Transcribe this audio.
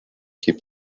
keep